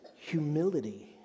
humility